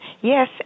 Yes